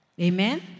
Amen